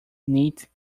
neat